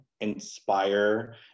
inspire